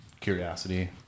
Curiosity